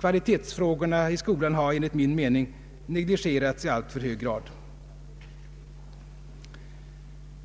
Kvalitetsfrågorna i skolan har enligt min mening negligerats i alltför hög grad.